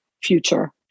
future